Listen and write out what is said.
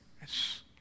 Yes